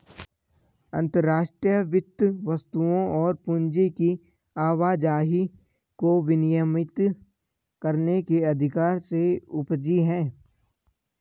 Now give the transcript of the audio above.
अंतर्राष्ट्रीय वित्त वस्तुओं और पूंजी की आवाजाही को विनियमित करने के अधिकार से उपजी हैं